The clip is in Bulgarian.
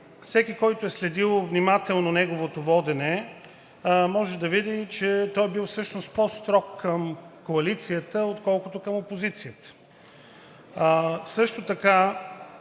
всеки, който е следил внимателно неговото водене, може да види, че той е бил по-строг към коалицията, отколкото към опозицията. Също така